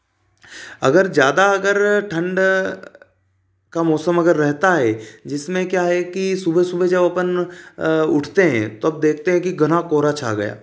अगर ज़्यादा अगर ठंड का मौसम अगर रहता है जिसमें क्या है कि सुबह सुबह जब अपन उठते हैं तब देखते हैं कि घना कोहरा छा गया